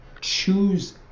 choose